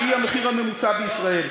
שהיא המחיר הממוצע בישראל.